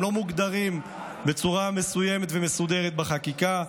הם לא מוגדרים בצורה מסוימת ומסודרת בחקיקה,